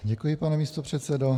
Děkuji, pane místopředsedo.